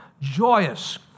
joyous